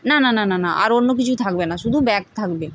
না না না না না আর অন্য কিছু থাকবে না শুধু ব্যাগ থাকবে